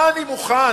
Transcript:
על מה אני מוכן